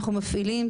אנחנו מפעילים,